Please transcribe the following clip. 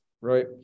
Right